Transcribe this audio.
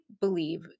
believe